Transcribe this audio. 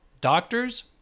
Doctors